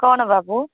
କ'ଣ ବାବୁ